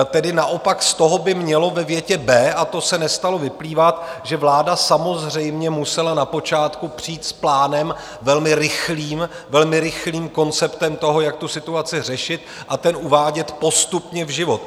Tedy naopak z toho by mělo ve větě B a to se nestalo vyplývat, že vláda samozřejmě musela na počátku přijít s plánem velmi rychlým, velmi rychlým konceptem toho, jak situaci řešit, a ten uvádět postupně v život.